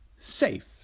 safe